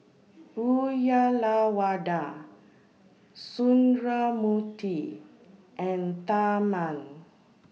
Uyyalawada Sundramoorthy and Tharman